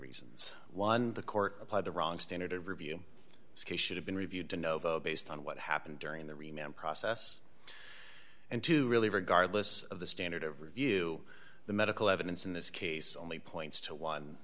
reasons one the court applied the wrong standard of review this case should have been reviewed to nova based on what happened during the remember process and to really regardless of the standard of review the medical evidence in this case only points to one